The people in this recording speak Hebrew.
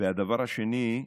הדבר השני,